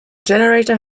generator